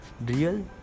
real